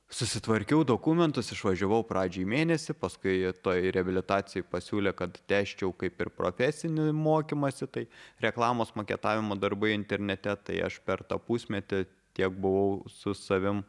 susitvarkiau dokumentus išvažiavau pradžiai mėnesį paskui toj reabilitacijoj pasiūlė kad tęsčiau kaip ir profesinį mokymąsi tai reklamos maketavimo darbai internete tai aš per tą pusmetį tiek buvau su savim